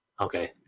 Okay